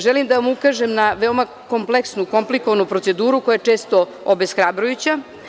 Želim da vam na veoma kompleksnu, komplikovanu proceduru koja često obeshrabrujuća.